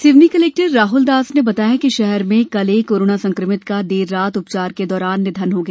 Seoni collector Rahul Das ने बताया कि शहर में कल एक कोरोना संकमित का देर रात उपचार के दौरान निधन हो गया